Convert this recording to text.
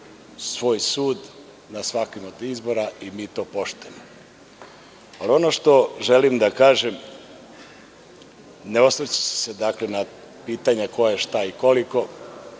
svoju sud na svakim od izbora i mi to poštujemo. Ono što želim da kažem, ne osvrćući se na pitanja ko je, šta i koliko,